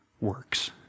works